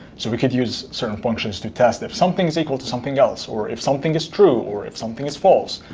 so, we could use certain functions to test if something is equal to something else, or if something is true, or if something is false,